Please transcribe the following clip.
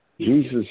Jesus